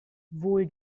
wohl